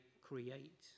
create